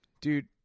Dude